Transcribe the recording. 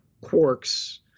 quarks